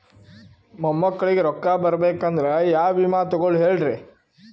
ಮೊಮ್ಮಕ್ಕಳಿಗ ರೊಕ್ಕ ಬರಬೇಕಂದ್ರ ಯಾ ವಿಮಾ ತೊಗೊಳಿ ಹೇಳ್ರಿ?